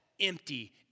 empty